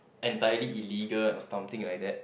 entirely illegal or something like that